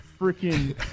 freaking